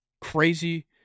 Crazy